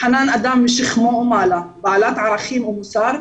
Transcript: חנאן אדם משכמו ומעלה, בעלת ערכים ומוסר,